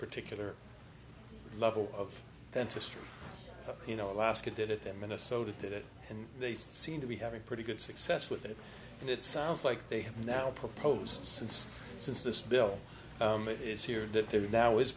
particular level of dentistry you know alaska did it in minnesota did it and they seem to be having pretty good success with it and it sounds like they have now proposed since since this bill is here that there are now is